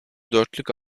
dörtlük